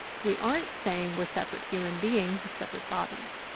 we aren't saying we're separate human beings, with separate bodies.